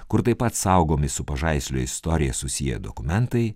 kur taip pat saugomi su pažaislio istorija susiję dokumentai